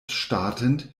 startend